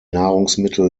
nahrungsmittel